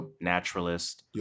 naturalist